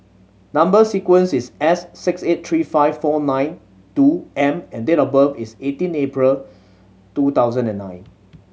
number sequence is S six eight three five four nine two M and date of birth is eighteen April two thousand and nine